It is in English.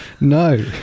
No